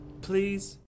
please